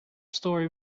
story